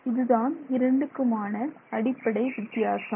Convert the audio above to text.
இதுதான் இரண்டுக்குமான அடிப்படை வித்தியாசம்